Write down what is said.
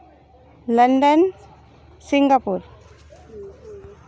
London Singapore